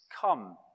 come